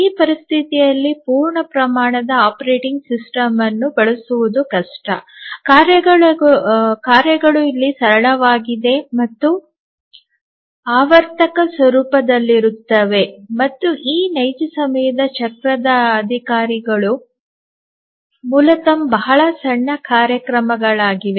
ಈ ಪರಿಸ್ಥಿತಿಯಲ್ಲಿ ಪೂರ್ಣ ಪ್ರಮಾಣದ ಆಪರೇಟಿಂಗ್ ಸಿಸ್ಟಮ್ ಅನ್ನು ಬಳಸುವುದು ಕಷ್ಟ ಕಾರ್ಯಗಳು ಇಲ್ಲಿ ಸರಳವಾಗಿದೆ ಮತ್ತು ಆವರ್ತಕ ಸ್ವರೂಪದಲ್ಲಿರುತ್ತವೆ ಮತ್ತು ಈ ನೈಜ ಸಮಯದ ಚಕ್ರದ ಅಧಿಕಾರಿಗಳು ಮೂಲತಃ ಬಹಳ ಸಣ್ಣ ಕಾರ್ಯಕ್ರಮಗಳಾಗಿವೆ